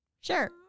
sure